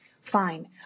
fine